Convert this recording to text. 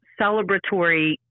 celebratory